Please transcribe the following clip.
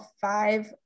five